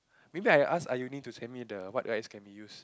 maybe I ask are you need to scan me the what rides can be used